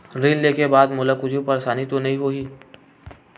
ऋण लेके बाद मोला कुछु परेशानी तो नहीं होही?